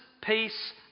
peace